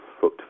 foot